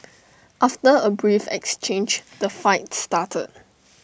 after A brief exchange the fight started